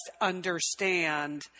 understand